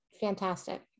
fantastic